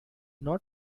not